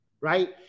right